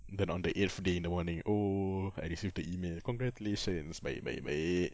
then on the eighth day in the morning oh I received the email congratulations baik baik baik